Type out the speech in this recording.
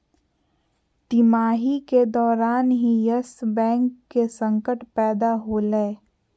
तिमाही के दौरान ही यस बैंक के संकट पैदा होलय